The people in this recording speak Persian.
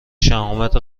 شهامت